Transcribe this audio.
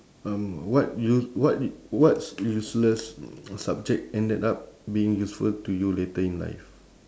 um what use~ what u~ what's useless subject ended up being useful to you later in life